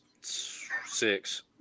Six